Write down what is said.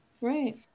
Right